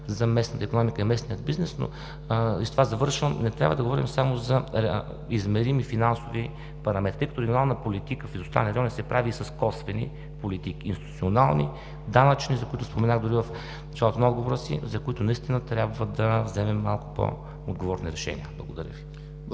за местната икономика и местния бизнес. Завършвам. Не трябва да говорим само за измерими финансови параметри, тъй като регионална политика в изостанали райони се прави с косвени политики – институционални, данъчни, за които споменах дори в началото на отговора си, за които наистина трябва да вземем малко по-отговорни решения. Благодаря Ви.